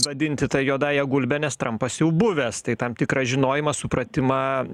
vadinti ta juodąja gulbe nes trampas jau buvęs tai tam tikrą žinojimą supratimą